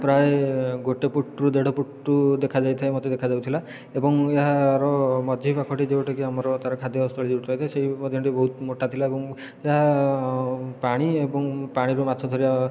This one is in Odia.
ପ୍ରାୟ ଗୋଟେ ଫୁଟରୁ ଦେଢ଼ଫୁଟ ଦେଖାଯାଇଥାଏ ମତେ ଦେଖାଯାଉଥିଲା ଏବଂ ଏହାର ମଝି ପାଖଟି ଯେଉଁଟା କି ଆମର ତାର ଖାଦ୍ୟସ୍ଥଳୀ ଯେଉଁଠି ରହିଥାଏ ସେଇ ମଧ୍ୟଟି ବହୁତ ମୋଟା ଥିଲା ଏବଂ ଏହା ପାଣି ଏବଂ ପାଣିରୁ ମାଛ ଧରିବା